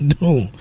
No